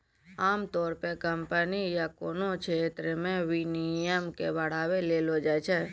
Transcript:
आमतौर पे कम्पनी या कोनो क्षेत्र मे विनियमन के बढ़ावा देलो जाय छै